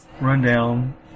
rundown